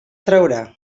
traurà